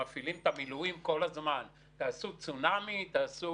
מתקיים אימון מפקדים קצר ומקוצר,